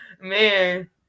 Man